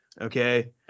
Okay